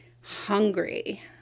hungry